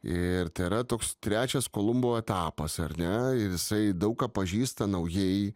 ir tai yra toks trečias kolumbo etapas ar ne ir jisai daug ką pažįsta naujai